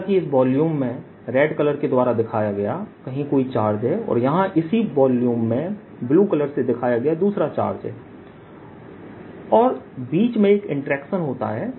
जैसे कि इस वॉल्यूम में रेड कलर के द्वारा दिखाया गया कहीं कोई चार्ज है और यहां इसी वॉल्यूम में ब्लू कलर से दिखाया गया दूसरा चार्जहै और बीच में एक इंटरेक्शन होता है